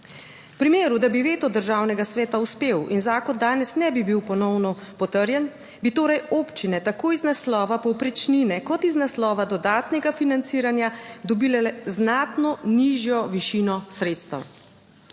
V primeru, da bi veto Državnega sveta uspel in zakon danes ne bi bil ponovno potrjen, bi torej občine tako iz naslova povprečnine kot iz naslova dodatnega financiranja dobile znatno nižjo višino sredstev.